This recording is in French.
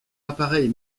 appareil